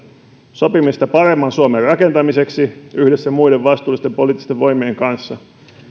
sopimista paremman suomen rakentamiseksi yhdessä muiden vastuullisten poliittisten voimien kanssa